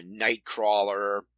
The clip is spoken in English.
Nightcrawler